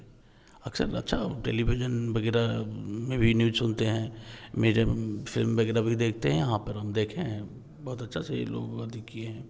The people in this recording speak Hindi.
अक्सर अच्छा टेलीविजन वगैरह में भी न्यूज़ सुनते हैं में जबडम फ़िल्म वगैरह भी देखते हैं यहाँ पर हम देखे हैं बहुत अच्छा से यह लोग देखे हैं